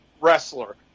wrestler